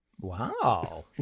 Wow